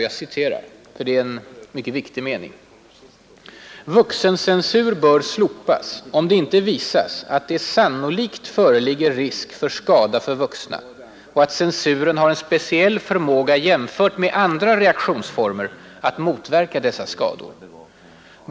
Jag citerar en mycket viktig mening: ”Vuxencensur bör ——— slopas om det inte visas att det sannolikt föreligger risk för skada för vuxna och att censuren har en speciell förmåga jämfört med andra reaktionsformer att motverka dessa skador.